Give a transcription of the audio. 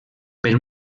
per